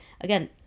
again